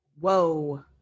Whoa